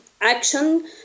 action